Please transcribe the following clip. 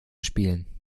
spielen